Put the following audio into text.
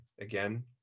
again